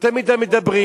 יותר מדי מדברים,